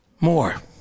more